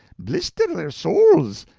blister their sowls!